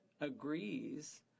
agrees